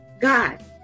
God